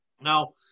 Now